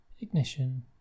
ignition